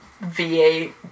V8